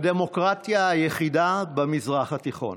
הדמוקרטיה היחידה במזרח התיכון.